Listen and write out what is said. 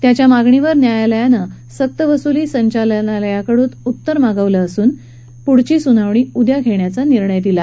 त्याच्या मागणीवर न्यायालयानं सक्तवसुली संचालनालयाकडुन उत्तर मागवलं असून या प्रकरणाची सुनावणी उद्या घेण्याचा निर्णय दिला